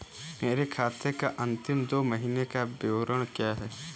मेरे खाते का अंतिम दो महीने का विवरण क्या है?